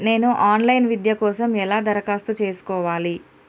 నేను online విద్య కోసం ఎలా దరఖాస్తు చేసుకోవాలి?